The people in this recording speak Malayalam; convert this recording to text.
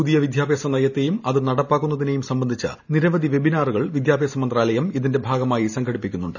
പുതിയ വിദ്യാഭ്യാസ നയത്തെയും അത് നടപ്പാക്കുന്നതിനെയും സംബന്ധിച്ച് നിരവധി വെബിനാറുകൾ വിദ്യാഭ്യാസമന്ത്രാലയം ഇതിന്റെ ഭാഗമായി സംഘടിപ്പിക്കുന്നുണ്ട്